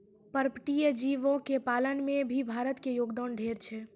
पर्पटीय जीव के पालन में भी भारत के योगदान ढेर छै